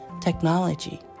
technology